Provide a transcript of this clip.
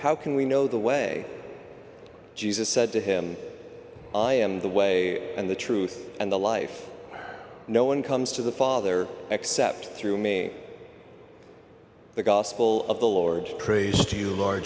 how can we know the way jesus said to him i am the way and the truth and the life no one comes to the father except through me the gospel of the lord praises to you l